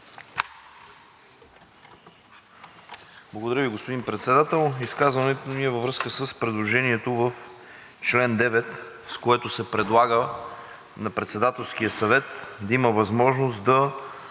Благодаря Ви, господин Председател. Изказването ми е във връзка с предложението в чл. 9, с което се предлага на Председателския съвет да има възможност